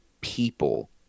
people